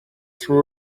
threw